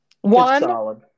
One